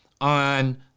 on